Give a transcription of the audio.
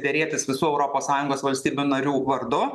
derėtis visų europos sąjungos valstybių narių vardu